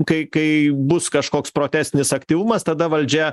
kai kai bus kažkoks protestinis aktyvumas tada valdžia